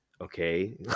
okay